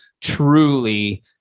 truly